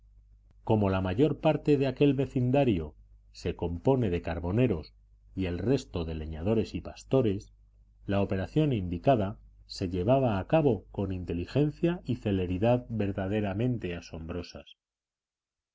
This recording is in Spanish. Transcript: como la mayor parte de aquel vecindario se compone de carboneros y el resto de leñadores y pastores la operación indicada se llevaba a cabo con inteligencia y celeridad verdaderamente asombrosas